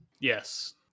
yes